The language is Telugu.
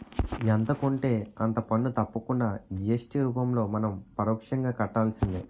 ఎంత కొంటే అంత పన్ను తప్పకుండా జి.ఎస్.టి రూపంలో మనం పరోక్షంగా కట్టాల్సిందే